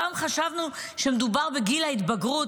פעם חשבנו שמדובר בגיל ההתבגרות,